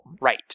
Right